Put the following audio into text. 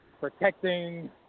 protecting